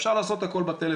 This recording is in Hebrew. אפשר לעשות את הכול בטלפון.